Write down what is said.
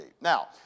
Now